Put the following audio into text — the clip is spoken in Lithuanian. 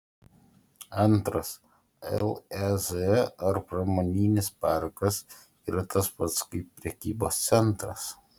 antras lez ar pramoninis parkas yra tas pats kaip prekybos centras